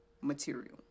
material